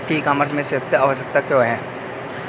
ई commerce में सुरक्षा आवश्यक क्यों है?